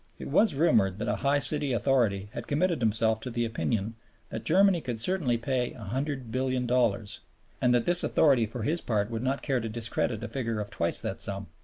it was rumored that a high city authority had committed himself to the opinion that germany could certainly pay one hundred billion dollars and that this authority for his part would not care to discredit a figure of twice that sum.